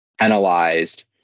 penalized